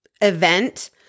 event